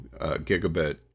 gigabit